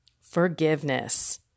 Forgiveness